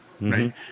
Right